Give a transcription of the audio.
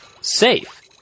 safe